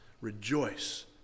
rejoice